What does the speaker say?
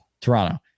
Toronto